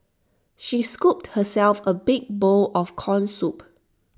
she scooped herself A big bowl of Corn Soup